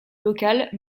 locales